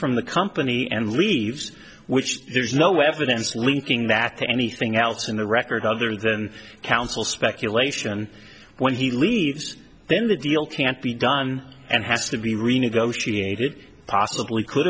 from the company and leaves which there's no evidence linking back to anything else in the record other than council speculation when he leaves then the deal can't be done and has to be renegotiated possibly could